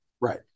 Right